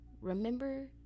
remember